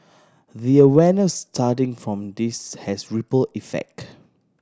the awareness starting from this has ripple effect